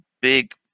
big